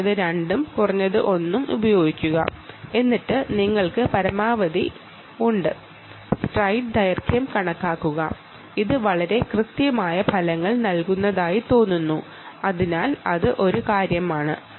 minimum 1 ഉപയോഗിക്കുക നിങ്ങൾ ഇനി സ്ട്രൈഡ് ദൈർഘ്യം കണ്ടുപിടിക്കുക ഇത് വളരെ കൃത്യമായ ഫലങ്ങൾ നൽകുന്നതായി കാണാം